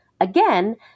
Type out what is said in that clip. Again